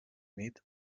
nit